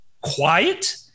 quiet